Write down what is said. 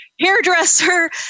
hairdresser